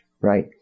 right